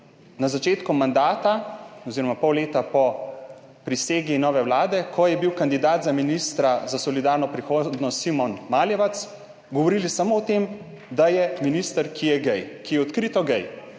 na začetku mandata oziroma pol leta po prisegi nove vlade, ko je bil kandidat za ministra za solidarno prihodnost Simon Maljevac, govorili samo o tem, da je minister, ki je gej, ki je odkrito gej.